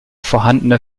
vorhandene